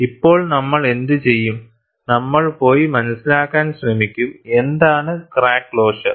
ഇപ്പോൾ നമ്മൾ എന്തുചെയ്യും നമ്മൾ പോയി മനസിലാക്കാൻ ശ്രമിക്കും എന്താണ് ക്രാക്ക് ക്ലോഷർ